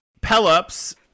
Pelops